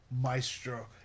maestro